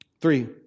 Three